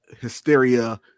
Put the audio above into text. Hysteria